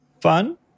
fun